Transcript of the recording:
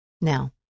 Now